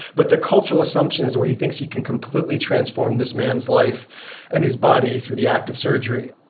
but the cultural assumptions where he thinks he can completely transform this man's life and his body through the act of surgery.